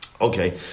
Okay